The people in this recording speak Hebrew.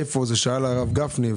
הרב גפני שאל,